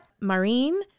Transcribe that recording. Marine